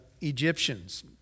Egyptians